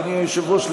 אדוני היושב-ראש,